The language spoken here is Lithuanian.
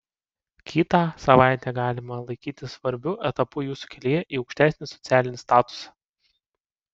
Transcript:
kitą savaitę galima laikyti svarbiu etapu jūsų kelyje į aukštesnį socialinį statusą